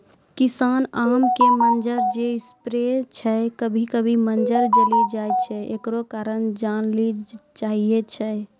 किसान आम के मंजर जे स्प्रे छैय कभी कभी मंजर जली जाय छैय, एकरो कारण जाने ली चाहेय छैय?